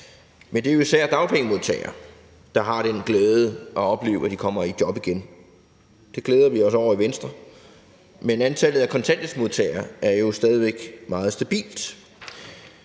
Men det er jo især dagpengemodtagere, der har den glæde at opleve, at de kommer i job igen. Det glæder vi os over i Venstre. Men antallet af kontanthjælpsmodtagere er jo stadig væk meget stabilt,